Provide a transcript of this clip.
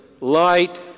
light